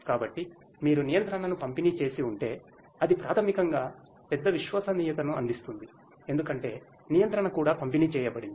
కాబట్టి మీరు నియంత్రణను పంపిణీ చేసి ఉంటే అది ప్రాథమికంగా పెద్ద విశ్వసనీయతను అందిస్తుంది ఎందుకంటే నియంత్రణ కూడా పంపిణీ చేయబడింది